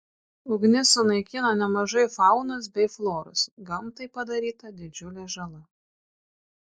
ugnis sunaikino nemažai faunos bei floros gamtai padaryta didžiulė žala